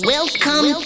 Welcome